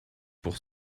pour